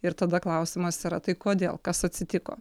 ir tada klausimas yra tai kodėl kas atsitiko